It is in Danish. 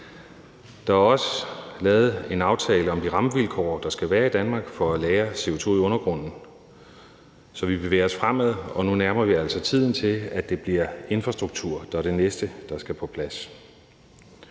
Der er også lavet en aftale om de rammevilkår, der skal være i Danmark, for at lagre CO2 i undergrunden, så vi bevæger os fremad, og nu nærmer vi os altså tiden, hvor det er infrastrukturen, der er det næste, der skal på plads.